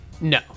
No